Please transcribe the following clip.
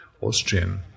Austrian